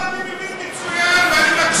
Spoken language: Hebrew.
לא, אני מבין מצוין ואני מקשיב.